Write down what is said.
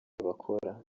bakora